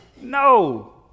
No